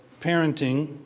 parenting